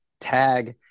tag